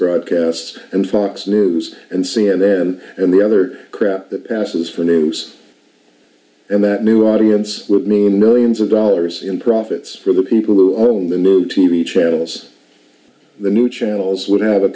broadcasts and fox news and c n n and the other crap that asses for a noose and that new audience would mean millions of dollars in profits for the people who own the t v channels the new channels would have a